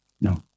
No